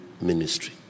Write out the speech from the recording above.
ministry